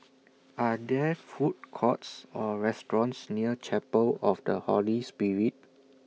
Are There Food Courts Or restaurants near Chapel of The Holy Spirit